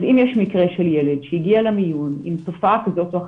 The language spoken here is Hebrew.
אז אם יש מקרה של ילד שהגיע למיון עם תופעה כזאת או אחרת,